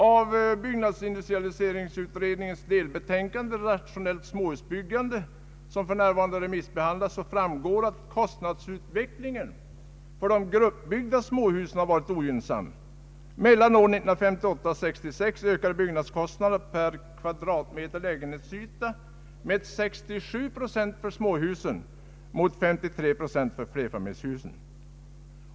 Av byggnadsrationaliseringsutredningens delbetänkande Rationellt småhusbyggande, som för närvarande remissbehandlas, framgår att kostnadsutvecklingen för de gruppbyggda småhusen varit ogynnsam. Mellan åren 1958 och 1966 ökade byggnadskostnaderna per kvadratmeter lägenhetsyta med 67 procent för småhusen mot 53 procent för flerfamiljshusen.